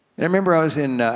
and i remember i was in,